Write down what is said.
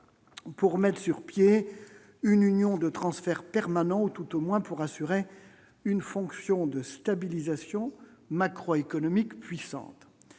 pour mette sur pied une union de transferts permanents ou tout au moins pour assurer une fonction de stabilisation macroéconomique puissante,